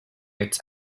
its